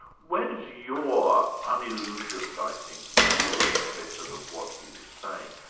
where does your ah unillusioned, i think, view of smith and of what he was saying,